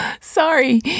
Sorry